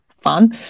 fun